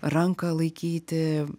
ranką laikyti